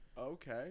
Okay